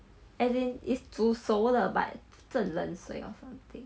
as in is 煮熟了 but 浸冷水 or something